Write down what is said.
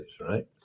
right